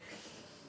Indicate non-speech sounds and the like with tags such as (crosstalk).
(laughs)